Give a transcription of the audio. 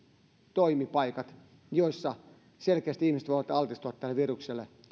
toimipaikat joissa selkeästi ihmiset voivat altistua tälle virukselle